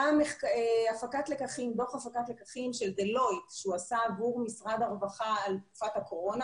היה דוח הפקת לקחים של דלויט שעשה עבור משרד הרווחה על תקופת הקורונה.